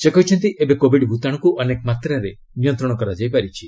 ସେ କହିଛନ୍ତି ଏବେ କୋବିଡ ଭୂତାଣୁକୁ ଅନେକ ମାତ୍ରାରେ ନିୟନ୍ତ୍ରଣ କରାଯାଇ ପାରିଛି